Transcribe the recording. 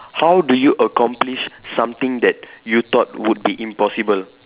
how do you accomplish something that you thought would be impossible